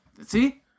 see